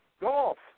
golf